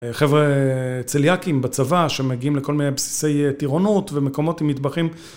חבר'ה צליאקים בצבא שמגיעים לכל מיני בסיסי טירונות ומקומות עם מטבחים